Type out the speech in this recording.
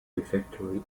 refectory